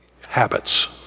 habits